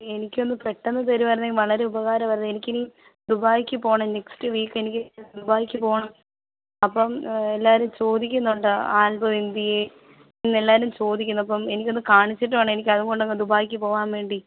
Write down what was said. എനിക്ക് ഒന്ന് പെട്ടെന്ന് തരുമായിരുന്നെങ്കിൽ വളരെ ഉപകാരം ആയിരുന്നു എനിക്കിനി ദുബായ്ക്ക് പോവണം നെക്സ്റ്റ് വീക്ക് എനിക്ക് ദുബായ്ക്ക് പോവണം അപ്പം എല്ലാവരും ചോദിക്കുന്നുണ്ട് ആല്ബം എന്തിയേ എന്ന് എല്ലാവരും ചോദിക്കുന്നു അപ്പം എനിക്കൊന്ന് കാണിച്ചിട്ട് വേണം എനിക്ക് അതും കൊണ്ട് അങ്ങ് ദുബായ്ക്ക് പോവാന് വേണ്ടി